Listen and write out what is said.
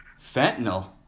Fentanyl